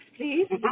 please